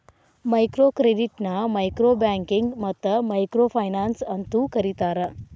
micro ಕ್ರೆಡಿಟ್ನ micro banking ಮತ್ತ micro finance ಅಂತೂ ಕರಿತಾರ